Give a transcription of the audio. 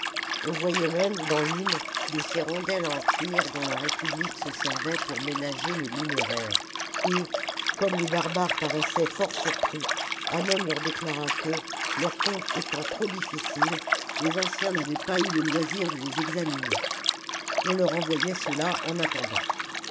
on voyait même dans l'une de ces rondelles en cuir dont la république se servait pour ménager le numéraire et comme les barbares paraissaient fort surpris hannon leur déclara que leurs comptes étant trop difficiles les anciens n'avaient pas eu le loisir de les examiner on leur envoyait cela en attendant